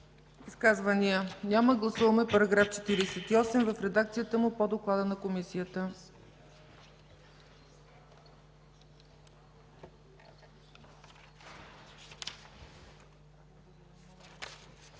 Изказвания? Няма. Гласуваме § 48 в редакцията му по доклада на Комисията.